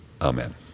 amen